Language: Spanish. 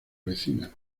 vecina